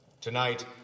Tonight